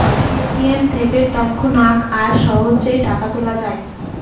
ATM থেকে তৎক্ষণাৎ আর সহজে টাকা তোলা যায়